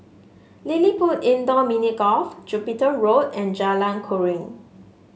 LilliPutt Indoor Mini Golf Jupiter Road and Jalan Keruing